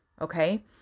Okay